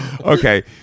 Okay